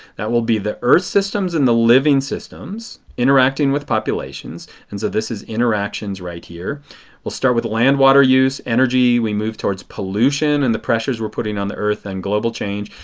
that will be the earth systems and the living systems interacting with populations. and so this is interactions right here. we will start with land water use, energy. we move towards pollution and the pressures we are putting on the earth and global change.